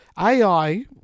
AI